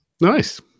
Nice